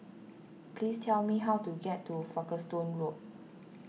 please tell me how to get to Folkestone Road